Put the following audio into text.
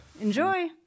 Enjoy